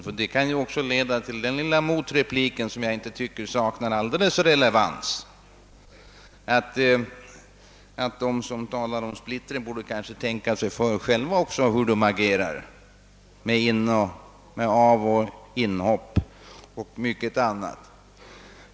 Hans funderingar kan ju också leda till den lilla motrepliken — som jag inte tycker helt saknar relevans — att de som talar om splittring kanske borde tänka på egna avoch inhopp och en del annat.